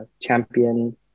champion